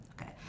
okay